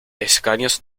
escaños